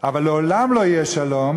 אבל לעולם לא יהיה שלום